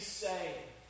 saved